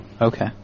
Okay